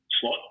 slot